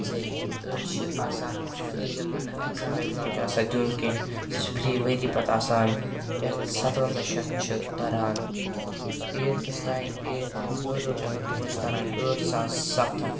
زِ أڈۍ چھِ آسان فرٛی یِمَن اؠکزام وؠکزام چھُنہٕ آسان دِیُن کیٚنٛہہ سُہ چھُ فرٛی ؤری پَتہٕ آسان یَتھ سَتوَنٛزاہ شؠتھ چھِ تَران ایٹتھَس تام ایٹ یِم ہیٚور ہیٚور چھِ آسان تِمَن چھِ تَران ٲٹھ ساس سَتھ ہتھ